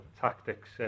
Tactics